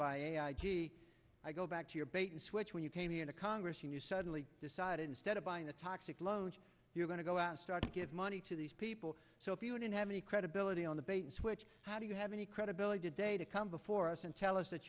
by i go back to your bait and switch when you came here to congress and you suddenly decide instead of buying a toxic loans you're going to go out start to give money to these people so if you don't have any credibility on the bait and switch how do you have any credibility to day to come before us and tell us that